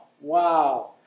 Wow